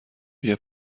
بیا